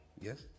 yes